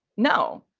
no.